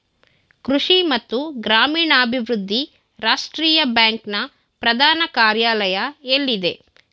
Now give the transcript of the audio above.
ಕೃಷಿ ಮತ್ತು ಗ್ರಾಮೀಣಾಭಿವೃದ್ಧಿ ರಾಷ್ಟ್ರೀಯ ಬ್ಯಾಂಕ್ ನ ಪ್ರಧಾನ ಕಾರ್ಯಾಲಯ ಎಲ್ಲಿದೆ?